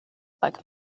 like